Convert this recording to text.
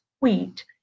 wheat